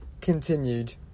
continued